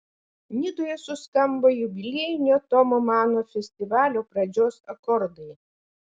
nidoje suskambo jubiliejinio tomo mano festivalio pradžios akordai